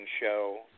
show